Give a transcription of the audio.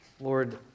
Lord